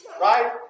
right